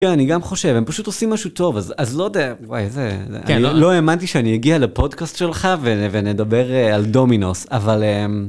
כן, אני גם חושב, הם פשוט עושים משהו טוב, אז לא יודע, וואי, זה... אני לא האמנתי שאני אגיע לפודקאסט שלך ונדבר על דומינוס, אבל אהמ...